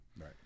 Right